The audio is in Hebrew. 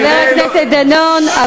חבר הכנסת דנון,